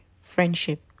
friendship